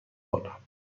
بردم